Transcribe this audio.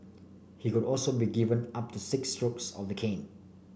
he could also be given up to six strokes of the cane